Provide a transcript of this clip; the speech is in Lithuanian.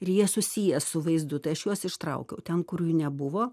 ir jie susiję su vaizdu tai aš juos ištraukiau ten kur nebuvo